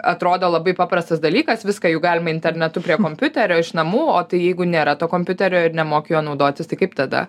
atrodo labai paprastas dalykas viską juk galima internetu prie kompiuterio iš namų o jeigu nėra to kompiuterio ir nemoki juo naudotis tai kaip tada